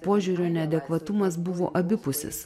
požiūrio neadekvatumas buvo abipusis